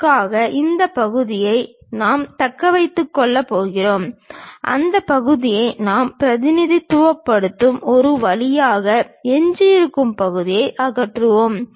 அதற்காக இந்த பகுதியை நாங்கள் தக்க வைத்துக் கொள்கிறோம் அந்த பகுதியை நாம் பிரதிநிதித்துவப்படுத்தும் ஒரு வழியாக எஞ்சியிருக்கும் பகுதியை அகற்றவும்